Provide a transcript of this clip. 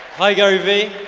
hi, gary vee.